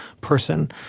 person